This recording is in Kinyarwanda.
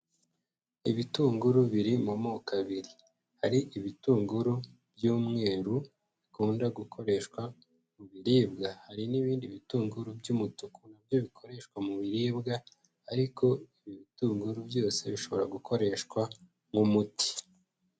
Ibitunguru biri mu moko abiri, hari ibitunguru by'umweru bikunda gukoreshwa mu biribwa, hari n'ibindi bitunguru by'umutuku na byo bikoreshwa mu biribwa, ariko ibi bitunguru byose bishobora gukoreshwa nk'umuti.